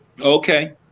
Okay